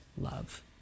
love